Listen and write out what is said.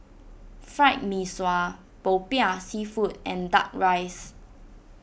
Fried Mee Sua Popiah Seafood and Duck Rice